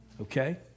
okay